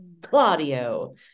Claudio